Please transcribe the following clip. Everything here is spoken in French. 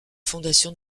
fondation